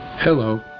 Hello